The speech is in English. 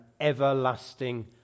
everlasting